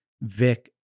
Vic